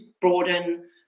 broaden